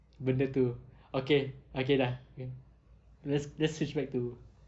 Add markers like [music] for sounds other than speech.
benda itu okay okay lah [noise] let's let's switch back to